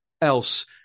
else